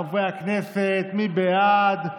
חברי הכנסת, מי בעד?